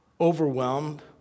overwhelmed